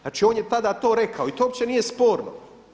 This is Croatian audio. Znači on je tada to rekao i to uopće nije sporno.